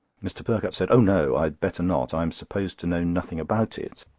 mr. perkupp said oh no! i had better not. i am supposed to know nothing about it,